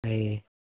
అవి